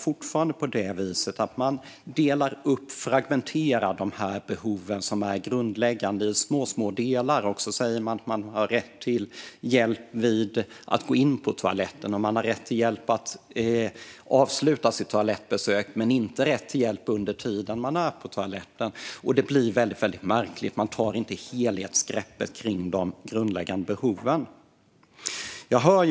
Fortfarande delas de grundläggande behoven upp, fragmenteras, i små delar. Det sägs att man har rätt till hjälp med att gå in på toaletten och rätt till hjälp med att avsluta sitt toalettbesök men inte rätt till hjälp under tiden man är på toaletten. Det blir väldigt märkligt. Det tas inget helhetsgrepp om de grundläggande behoven. Herr talman!